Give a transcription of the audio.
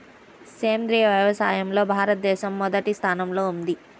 సేంద్రీయ వ్యవసాయంలో భారతదేశం మొదటి స్థానంలో ఉంది